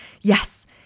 Yes